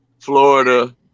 Florida